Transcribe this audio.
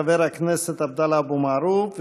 חבר הכנסת עבדאללה אבו מערוף,